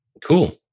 Cool